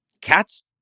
cat's